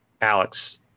Alex